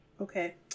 Okay